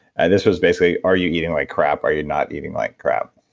and this was basically, are you eating like crap? are you not eating like crap?